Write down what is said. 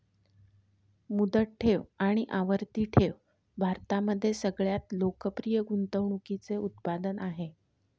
मुदत ठेव आणि आवर्ती ठेव भारतामध्ये सगळ्यात लोकप्रिय गुंतवणूकीचे उत्पादन आहे